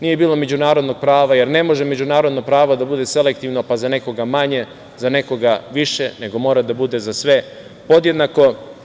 Nije bilo međunarodnog prava, jer ne može međunarodno pravo da bude selektivno, pa za nekoga manje, za nekoga više, nego mora da bude za sve podjednako.